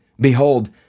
Behold